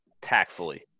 tactfully